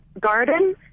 garden